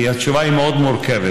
כי התשובה היא מאוד מורכבת.